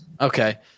Okay